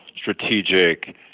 strategic